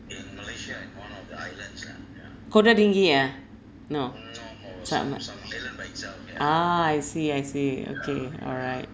kota tinggi ah no s~ I'm no~ ah I see I see okay alright